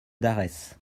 dares